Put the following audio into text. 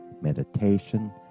meditation